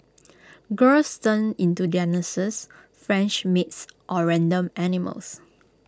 girls turn into their nurses French maids or random animals